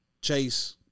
Chase